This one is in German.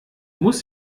muss